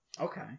Okay